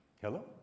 Hello